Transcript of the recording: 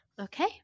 Okay